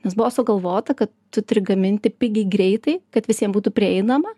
nes buvo sugalvota kad tu turi gaminti pigiai greitai kad visiem būtų prieinama